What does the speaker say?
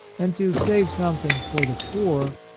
and to save something for the poor,